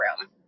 room